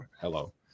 hello